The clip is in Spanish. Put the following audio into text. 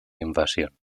invasión